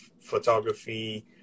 photography